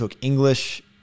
English